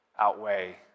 outweigh